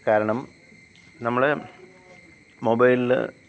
കാരണം നമ്മൾ മൊബൈലിൽ